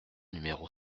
numéro